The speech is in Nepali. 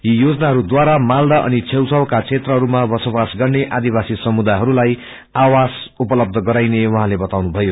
यी योजनाहरू द्वारा मालदा अनि छेउछाउका क्षेत्रहरूमा बसोबास गन्ने आदिवासी समुदायहरूलाई आवास उपलब गराइने उहाँले बताउनुभयो